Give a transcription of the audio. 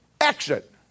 Exit